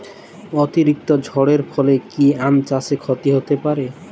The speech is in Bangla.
অতিরিক্ত ঝড়ের ফলে কি আম চাষে ক্ষতি হতে পারে?